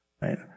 right